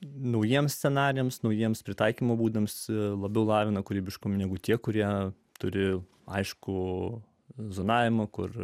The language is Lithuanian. naujiems scenarijams naujiems pritaikymo būdams labiau lavina kūrybiškumą negu tie kurie turi aiškų zonavimą kur